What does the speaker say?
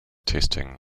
testing